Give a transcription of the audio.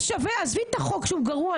עזבי את החוק שהוא גרוע,